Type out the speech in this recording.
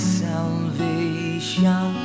salvation